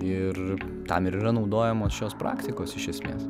ir tam ir yra naudojamos šios praktikos iš esmės